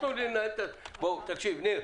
ניר,